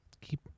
keep